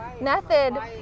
method